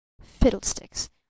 Fiddlesticks